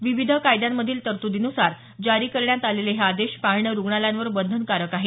विविध कायद्यांमधील तरतुदींनुसार जारी करण्यात आलेले हे आदेश पाळणं रुग्णालयांवर बंधनकारक आहे